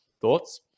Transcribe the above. Thoughts